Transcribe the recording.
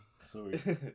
Sorry